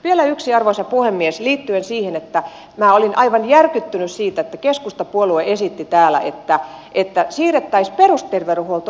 vielä yksi arvoisa puhemies liittyen siihen että minä olin aivan järkyttynyt siitä että keskustapuolue esitti täällä että siirrettäisiin perusterveydenhuolto sairaanhoitopiireille